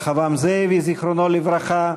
רחבעם זאבי, זיכרונו לברכה,